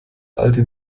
alte